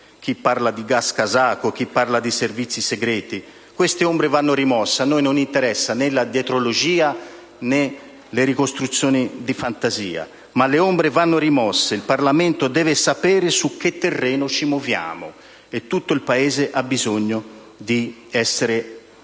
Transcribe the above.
chi parla di gas kazako, chi di servizi segreti. Queste ombre vanno rimosse. A noi non interessa la dietrologia, né le ricostruzioni di fantasia, ma le ombre vanno rimosse: il Parlamento deve sapere su che terreno ci muoviamo e tutto il Paese ha bisogno di essere messo